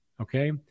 Okay